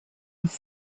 with